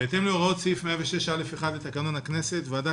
בהתאם להוראות סעיף 106(א)(1) לתקנון הכנסת הוועדה